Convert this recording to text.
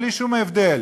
בלי שום הבדל.